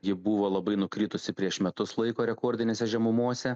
ji buvo labai nukritusi prieš metus laiko rekordinėse žemumose